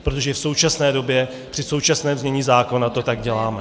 Protože v současné době, při současném znění zákona, to tak děláme.